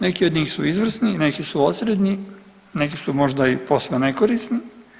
Neki od njih su izvrsni, neki su osrednji, neki su možda i posve nekorisni.